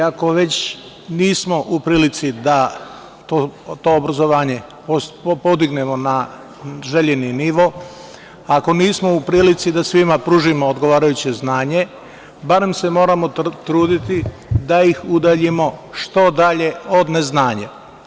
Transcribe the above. Ako već nismo u prilici da to obrazovanje podignemo na željeni nivo, ako nismo u prilici da svima pružimo odgovarajuće znanje, barem se moramo truditi da ih udaljimo što dalje od neznanja.